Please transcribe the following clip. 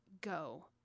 go